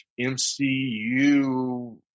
MCU